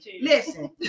listen